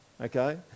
okay